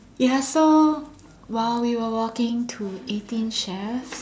ya so while we were walking to Eighteen Chefs